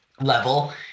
level